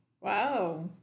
Wow